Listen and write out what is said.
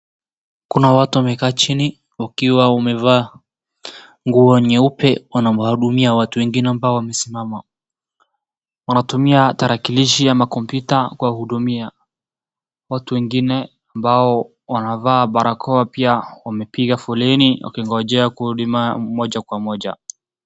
Kuna watu ambao wameketi chini wakiwa wamevaa nguo nyeupe wanawahudumia watu wengine ambao wamesimama, wanatumia tarakilishi au computer kuwahudumia, kuna watu ingine ambao pia wamevaa barakoa ambao wamepiga foleni wakingoja kuhudumiwa mmoja kwa mmoja.